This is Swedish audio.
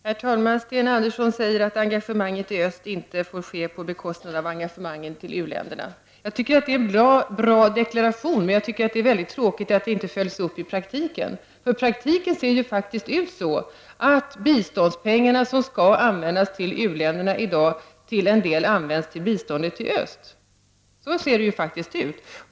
Herr talman! Sten Andersson säger att engagemanget i öst inte får ske på bekostnad av engagemangen för u-länderna. Jag tycker att det är en bra deklaration, men det är tråkigt att den inte följs upp i praktiken. I praktiken ser det faktiskt ut så, att de biståndspengar som skall användas till u-länderna i dag till en del används till bistånd till öst.